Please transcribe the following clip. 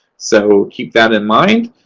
so keep that in mind.